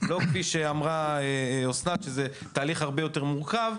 ולא כפי שאמרה אסנת שזה תהליך הרבה יותר מורכב,